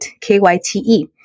K-Y-T-E